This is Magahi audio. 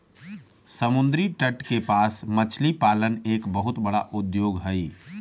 समुद्री तट के पास मछली पालन एक बहुत बड़ा उद्योग हइ